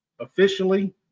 Officially